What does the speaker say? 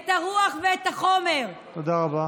את הרוח ואת החומר, תודה רבה.